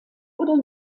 oder